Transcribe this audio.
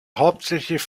hauptsächlich